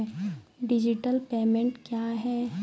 Digital payment क्या हैं?